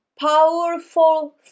powerful